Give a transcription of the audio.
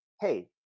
Hey